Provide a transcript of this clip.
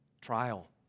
trial